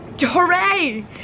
hooray